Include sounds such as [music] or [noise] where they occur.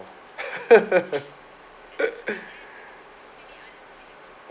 [laughs]